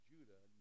Judah